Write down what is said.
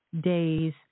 days